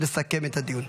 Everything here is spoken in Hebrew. לסכם את הדיון.